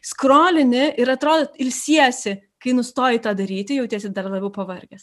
skrolini ir atrodo ilsiesi kai nustoji tą daryti jautiesi dar labiau pavargęs